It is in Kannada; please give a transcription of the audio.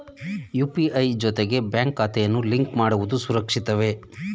ಯು.ಪಿ.ಐ ಜೊತೆಗೆ ಬ್ಯಾಂಕ್ ಖಾತೆಯನ್ನು ಲಿಂಕ್ ಮಾಡುವುದು ಸುರಕ್ಷಿತವೇ?